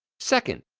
second,